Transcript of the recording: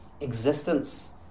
Existence